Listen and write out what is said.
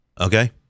Okay